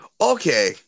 Okay